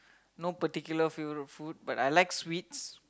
no particular favorite food but I like sweets